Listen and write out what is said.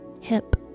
Hip